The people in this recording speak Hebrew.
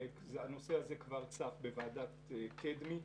הנושא הזה כבר צף בוועדת קדמי.